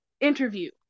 interview